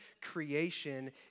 creation